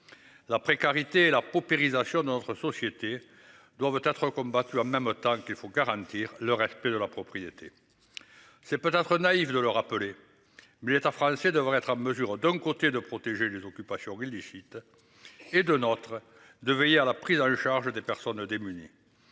La précarité la paupérisation dans notre société doivent être combattus en même temps qu'il faut garantir le respect de la propriété. C'est être naïf de le rappeler. Mais l'État français devrait être en mesure d'un côté, de protéger les occupations, ville du site. Et de notre de veiller à la prise en charge des personnes démunies.